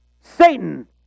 Satan